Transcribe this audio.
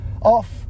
off